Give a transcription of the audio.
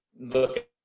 look